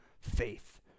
faith